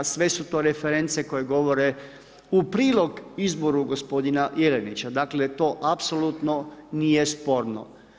Sve su to reference koje govore u prilog izbora gospodina Jelenića Dakle, to apsolutno nije sporno.